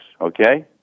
okay